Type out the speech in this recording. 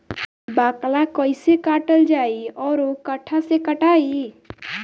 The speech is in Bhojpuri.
बाकला कईसे काटल जाई औरो कट्ठा से कटाई?